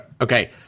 Okay